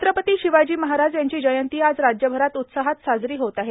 छत्रपती शिवाजी महाराज यांची जयंती आज राज्यभरात उत्साहात साजरी होत आहे